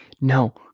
No